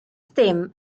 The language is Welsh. dim